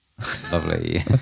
Lovely